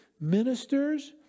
ministers